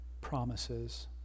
promises